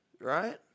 right